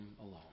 alone